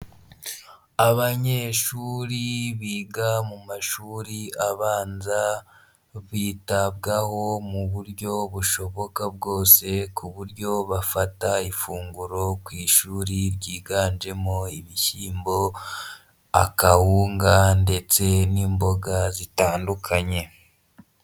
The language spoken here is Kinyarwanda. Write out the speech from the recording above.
Abanyeshuri biga mu mashuri abanza bitabwaho mu buryo bushoboka bwose ku buryo bafata ifunguro ku ishuri ryiganjemo ibishyimbo, akawunga ndetse n'imboga zitandukanye.